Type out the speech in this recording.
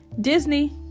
Disney